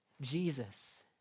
Jesus